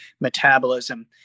metabolism